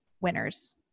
winners